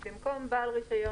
במקום "בעל רישיון,